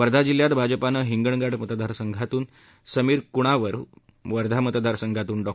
वर्धा जिल्ह्यात भाजपानं हिंगणघाट मतदार संघातून समीर कुणावार वर्धा मतदारसंघातून डॉ